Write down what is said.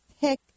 pick